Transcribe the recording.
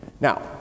Now